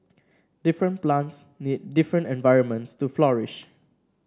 different plants need different environments to flourish